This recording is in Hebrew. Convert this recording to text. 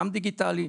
גם דיגיטלי,